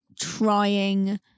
trying